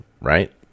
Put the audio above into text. right